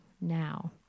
now